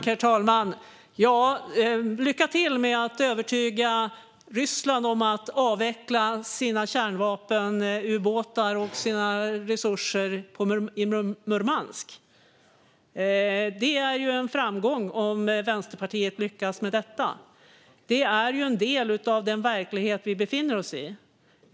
Herr talman! Lycka till med att övertyga Ryssland om att avveckla sina kärnvapenubåtar och sina resurser i Murmansk! Det är en framgång om Vänsterpartiet lyckas med detta. Det är en del av den verklighet vi befinner oss i.